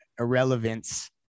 Irrelevance